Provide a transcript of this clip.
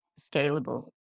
scalable